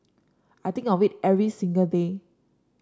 I think of it every single day